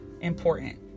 important